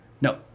no